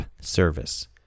service